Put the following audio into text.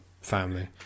family